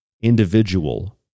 individual